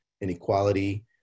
inequality